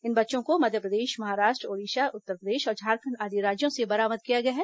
इन बच्चों को मध्यप्रदेश महाराष्ट्र ओडीसा उत्तरप्रदेश और झारखंड आदि राज्यों से बरामद किया गया है